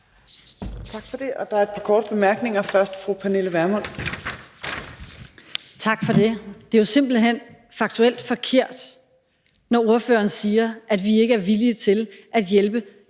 Tak for det. Der er et par korte bemærkninger. Først er det fru Pernille Vermund. Kl. 14:24 Pernille Vermund (NB): Tak for det. Det er jo simpelt hen faktuelt forkert, når ordføreren siger, at vi ikke er villige til at hjælpe